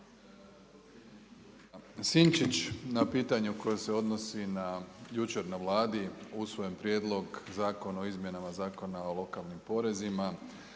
Sinčić na pitanje koje se odnosi jučer na Vladi, usvojen prijedlog Zakon o izmjenama Zakona o lokalnim porezima,